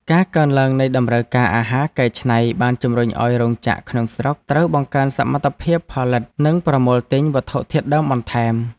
ការកើនឡើងនៃតម្រូវការអាហារកែច្នៃបានជម្រុញឱ្យរោងចក្រក្នុងស្រុកត្រូវបង្កើនសមត្ថភាពផលិតនិងប្រមូលទិញវត្ថុធាតុដើមបន្ថែម។